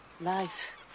life